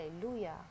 Hallelujah